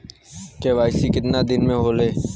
KYC कितना दिन में होले?